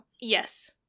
Yes